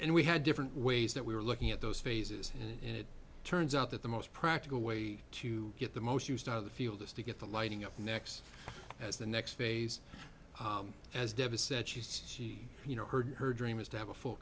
and we had different ways that we were looking at those phases and it turns out that the most practical way to get the most used out of the field is to get the lighting up next as the next phase as deficit she says she you know heard her dream is to have a full